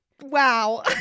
Wow